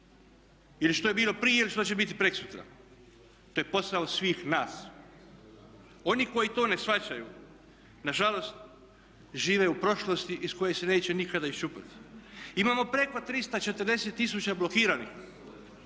ili što je bilo prije ili što će biti prekosutra. To je posao svih nas. Oni koji to ne shvaćaju nažalost žive u prošlosti iz koje se neće nikada iščupati. Imamo preko 340 tisuća blokiranih.